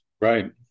Right